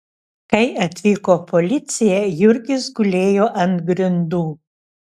kai atvyko policija jurgis gulėjo ant grindų